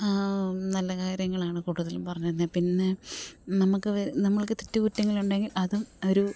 നല്ല കാര്യങ്ങളാണ് കൂടുതലും പറഞ്ഞു തരുന്നത് പിന്നെ നമുക്ക് തെറ്റ് കുറ്റങ്ങളുണ്ടെങ്കിൽ അതും ഒരു